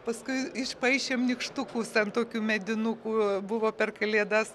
paskui išpaišėm nykštukus ant tokių medinukų buvo per kalėdas